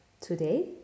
Today